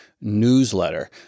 newsletter